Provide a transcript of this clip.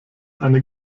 eine